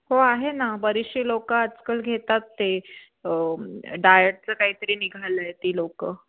हो आहे ना बरेचसे लोक आजकाल घेतात ते डायटचं काही तरी निघालं आहे ती लोक